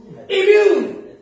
Immune